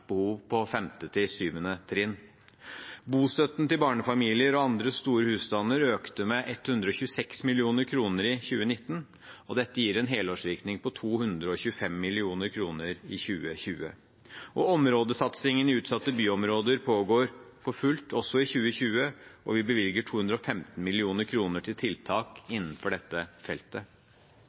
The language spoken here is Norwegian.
behov på 5.–7. trinn. Bostøtten til barnefamilier og andre store husstander økte med 126 mill. kr i 2019. Dette gir en helårsvirkning på 225 mill. kr i 2020. Områdesatsingen i utsatte byområder pågår for fullt også i 2020, og vi bevilger 215 mill. kr til tiltak innenfor dette feltet.